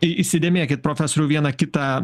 įsidėmėkit profesoriau vieną kitą